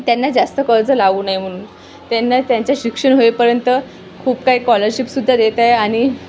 त्यांना जास्त कर्ज लावू नये म्हणून त्यांना त्यांच्या शिक्षण होईपर्यंत खूप काही कॉलरशिपसुद्धा देत आहे आणि